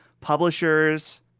publishers